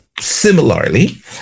similarly